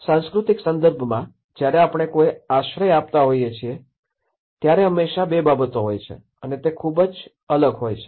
સાંસ્કૃતિક સંદર્ભમાં જ્યારે આપણે કોઈ આશ્રય આપતા હોઈએ છીએ ત્યારે હંમેશાં બે બાબતો હોય છે અને તે ખૂબ જ અલગ હોય છે